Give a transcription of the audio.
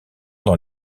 dans